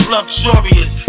Luxurious